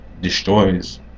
destroys